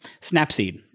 Snapseed